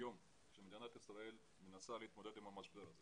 היום, כאשר מדינת ישראל מנסה להתמודד עם המשבר הזה